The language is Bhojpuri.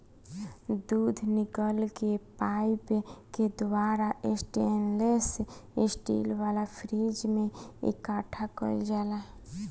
दूध निकल के पाइप के द्वारा स्टेनलेस स्टील वाला फ्रिज में इकठ्ठा कईल जाला